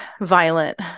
violent